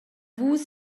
vus